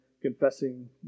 confessing